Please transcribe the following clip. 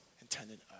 intended